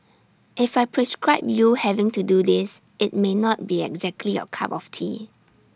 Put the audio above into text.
if I prescribe you having to do this IT may not be exactly your cup of tea